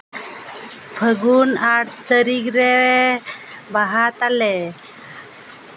ᱯᱷᱟᱹᱜᱩᱱ ᱟᱴᱷ ᱛᱟᱹᱨᱤᱠᱷ ᱨᱮ ᱵᱟᱦᱟ ᱛᱟᱞᱮ